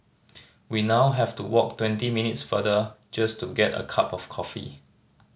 we now have to walk twenty minutes further just to get a cup of coffee